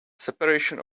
separation